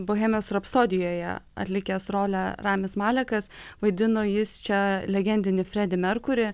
bohemijos rapsodijoje atlikęs rolę ramis malekas vaidino jis čia legendinį fredį merkurį